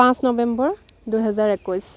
পাঁচ নৱেম্বৰ দুহেজাৰ একৈছ